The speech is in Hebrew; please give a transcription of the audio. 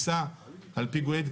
על פיגועי דריסה,